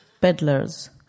peddlers